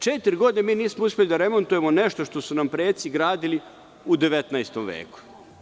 Četiri godine mi nismo uspeli da remontujemo nešto što su nam preci gradili u 19. veku.